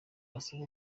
asabwa